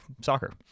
soccer